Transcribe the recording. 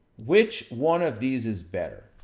which one of these is better?